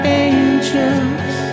angels